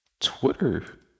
Twitter